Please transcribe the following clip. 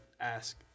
ask